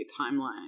timeline